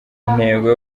intego